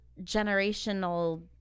generational